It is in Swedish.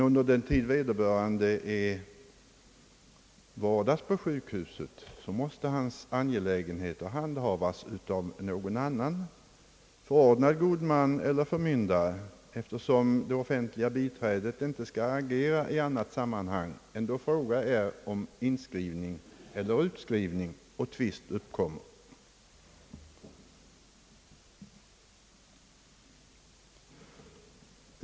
Under den tid vederbörande vårdas på sjukhus måste hans angelägenheter handhas av en förordnad god man eller förmyndare, eftersom det offentliga biträdet inte skall agera i annat sammanhang än då fråga är om inskrivning eller utskrivning och tvist uppkommer.